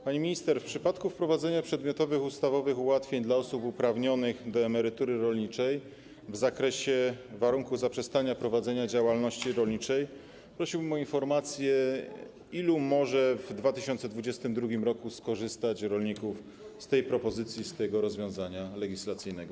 Pani minister, w przypadku wprowadzenia przedmiotowych ustawowych ułatwień dla osób uprawnionych do emerytury rolniczej w zakresie warunków zaprzestania prowadzenia działalności rolniczej prosiłbym o informację, ilu rolników może w 2022 r. skorzystać z tej propozycji, z tego rozwiązania legislacyjnego.